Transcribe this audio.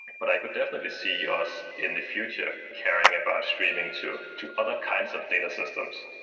but i could definitely see us in the future caring about streaming to to other kinds of data systems,